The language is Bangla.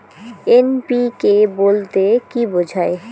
এন.পি.কে বলতে কী বোঝায়?